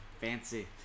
Fancy